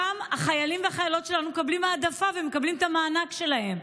שם החיילים והחיילות שלנו מקבלים העדפה ומקבלים את המענק שלהם.